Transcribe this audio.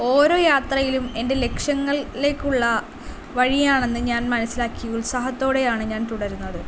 ഓരോ യാത്രയിലും എൻ്റെ ലക്ഷ്യങ്ങളിലേക്കുള്ള വഴിയാണെന്ന് ഞാൻ മനസ്സിലാക്കി ഉത്സഹത്തോടെയാണ് ഞാൻ തുടരുന്നത്